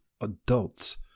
adults